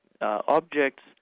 objects